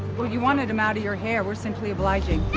well, you wanted them out of your hair. we're simply obliging.